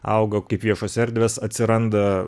auga kaip viešos erdvės atsiranda